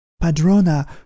Padrona